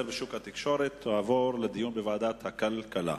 בשוק התקשורת תועברנה לדיון בוועדת הכלכלה.